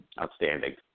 Outstanding